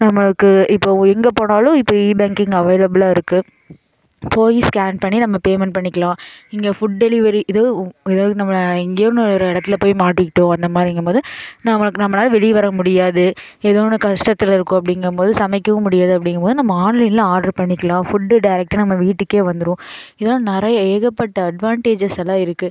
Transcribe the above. நமக்கு இப்போது ஒரு எங்கே போனாலும் இப்போ இ பேங்கிங் அவைலபிளாக இருக்குது போய் ஸ்கேன் பண்ணி நம்ம பேமெண்ட் பண்ணிக்கலாம் இங்கே ஃபுட் டெலிவரி இதுவும் எதாவது நம்ம எங்கேயோன்னு ஒரு இடத்துல போய் மாட்டிக்கிட்டோம் அந்த மாதிரிங்கும்போது நமக்கு நம்மளால் வெளியே வர முடியாது ஏதோ ஒன்று கஷ்டத்தில் இருக்கோம் அப்படிங்கும்போது சமைக்கவும் முடியாது அப்படிங்கும்போது நம்ம ஆன்லைனில் ஆட்ரு பண்ணிக்கலாம் ஃபுட்டு டைரக்ட்டாக நம்ம வீட்டுக்கே வந்துடும் இதில் நிறைய ஏகப்பட்ட அட்வான்டேஜ்ஐஸ் எல்லாம் இருக்குது